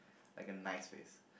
like a nice face